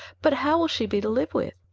but how will she be to live with?